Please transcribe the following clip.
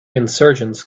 insurgents